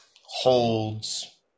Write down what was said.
holds